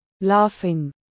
Laughing